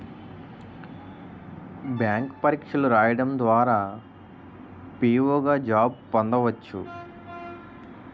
bank పరీక్షలు రాయడం ద్వారా పిఓ గా జాబ్ పొందవచ్చు